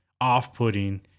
off-putting